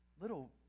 little